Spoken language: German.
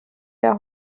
der